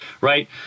Right